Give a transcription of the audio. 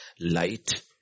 Light